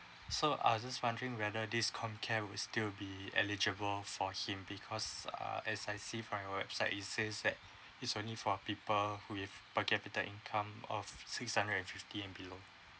so I'll just wondering whether this comcare will still be eligible for him because uh as I see from your website it says that it's only for people who if per capita income of six hundred and fifty and below